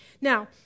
Now